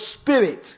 spirit